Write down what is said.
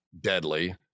deadly